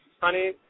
honey